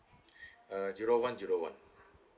uh zero one zero one